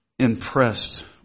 impressed